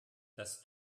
das